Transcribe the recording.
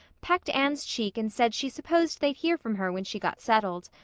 pecked anne's cheek and said she supposed they'd hear from her when she got settled.